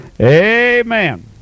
Amen